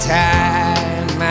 time